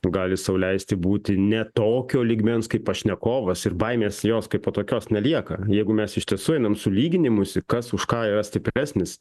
gali sau leisti būti ne tokio lygmens kaip pašnekovas ir baimės jos kaipo tokios nelieka jeigu mes iš tiesų einam su lyginimusi kas už ką yra stipresnis